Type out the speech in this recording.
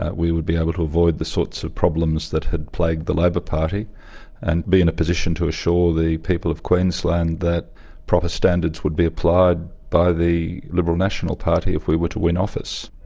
ah we would be able to avoid the sorts of problems that had plagued the labor party and be in a position to assure the people of queensland that proper standards would be applied by the liberal national party if we were to win office.